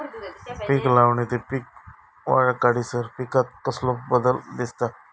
पीक लावणी ते पीक काढीसर पिकांत कसलो बदल दिसता?